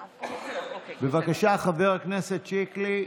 בבקשה, חבר הכנסת שיקלי.